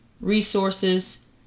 resources